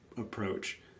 approach